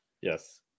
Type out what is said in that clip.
Yes